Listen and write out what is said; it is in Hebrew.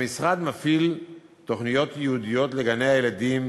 המשרד מפעיל תוכניות ייעודיות לגני-הילדים